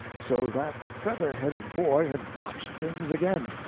so, that feather-headed boy had botched things again!